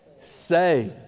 Say